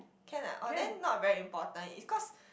can ah or then not very important is cause